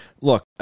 look